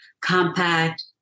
compact